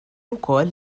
wkoll